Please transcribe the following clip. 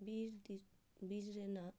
B ᱫᱤ ᱵᱤᱨ ᱨᱮᱱᱟᱜ